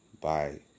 Bye